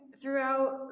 Throughout